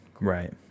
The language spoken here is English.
Right